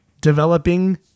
developing